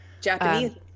Japanese